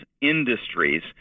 industries